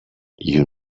you